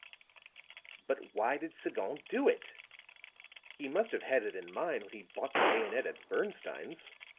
but why did sagon do it he must have had it in mind when he bought the bayonet at bernstine's,